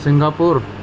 Singapore